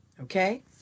okay